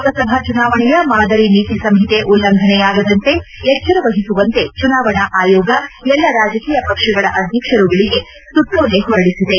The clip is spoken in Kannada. ಲೋಕಸಭಾ ಚುನಾವಣೆಯ ಮಾದರಿ ನೀತಿಸಂಹಿತೆ ಉಲ್ಲಂಘನೆಯಾಗದಂತೆ ಎಚ್ಚರ ವಹಿಸುವಂತೆ ಚುನಾವಣಾ ಆಯೋಗ ಎಲ್ಲಾ ರಾಜಕೀಯ ಪಕ್ಷಗಳ ಅಧ್ಯಕ್ಷರುಗಳಿಗೆ ಸುತ್ತೋಲೆ ಹೊರಡಿಸಿದೆ